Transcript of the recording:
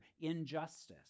Injustice